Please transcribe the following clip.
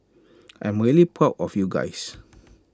I'm really proud of you guys